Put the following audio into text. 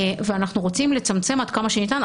ואנחנו רוצים לצמצם עד כמה שניתן,